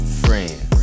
friends